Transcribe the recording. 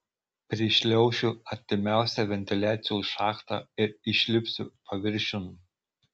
prišliaušiu artimiausią ventiliacijos šachtą ir išlipsiu paviršiun